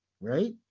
right